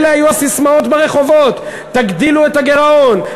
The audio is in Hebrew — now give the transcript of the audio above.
אלה היו הססמאות ברחובות: תגדילו את הגירעון,